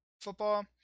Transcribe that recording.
football